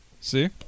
See